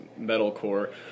metalcore